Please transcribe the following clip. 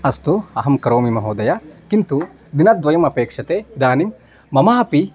अस्तु अहं करोमि महोदय किन्तु दिनद्वयम् अपेक्ष्यते इदानीं मम अपि